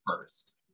first